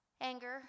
anger